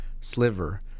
sliver